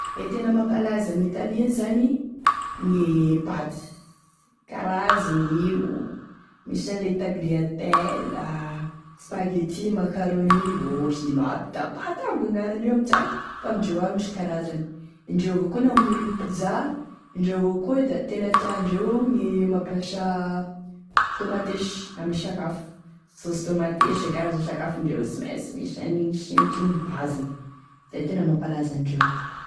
E tena mampalaza an'Italia zany gne pâte, karazany io, misy any le tagliatelles, spaghettis, macaronis, oh ino aby da pâte aby gn'agnaranio amitiagny fa amindreo agny misy karazany, indreo avao koa namorogny pizza, indreo avao koa da tena tiandreo gne mampiasa tomateshy ame sakafo, saosy tomateshy, ze karaza sakafondreo sy mainsy misy an'igny sinitry, igny e baseny, zay tena mampalaza andreo.